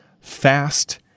fast